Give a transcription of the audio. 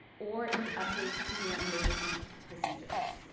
or any updates to your emergency procedures.